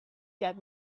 get